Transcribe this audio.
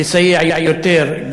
לסייע יותר,